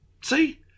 See